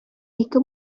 ике